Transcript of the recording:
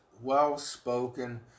well-spoken